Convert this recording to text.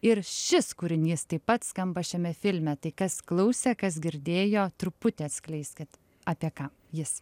ir šis kūrinys taip pat skamba šiame filme tai kas klausė kas girdėjo truputį atskleiskit apie ką jis